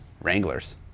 Wranglers